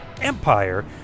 Empire